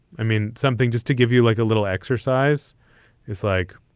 i mean, something just to give you like a little exercise is like.